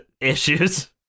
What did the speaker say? issues